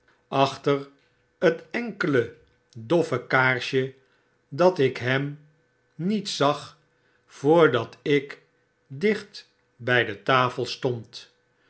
achter het enkele doffe kaarsje dat ik hem niet zag voordat ik dicht bij de tafel stond